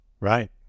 Right